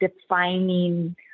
defining